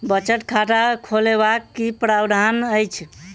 बचत खाता खोलेबाक की प्रावधान अछि?